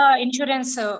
Insurance